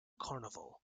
carnival